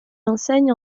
enseigne